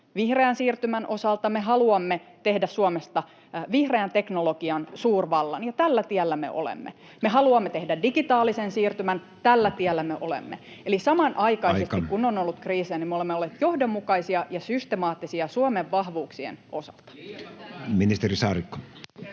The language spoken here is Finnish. Vihreän siirtymän osalta me haluamme tehdä Suomesta vihreän teknologian suurvallan, ja tällä tiellä me olemme. Me haluamme tehdä digitaalisen siirtymän, ja tällä tiellä me olemme. [Puhemies: Aika!] Eli kun on ollut kriisejä, niin samaan aikaan me olemme olleet johdonmukaisia ja systemaattisia Suomen vahvuuksien osalta. [Kai